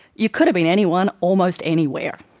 you could have been anyone, almost anywhere.